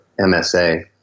MSA